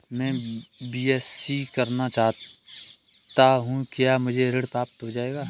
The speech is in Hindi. मैं बीएससी करना चाहता हूँ क्या मुझे ऋण प्राप्त हो जाएगा?